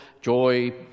joy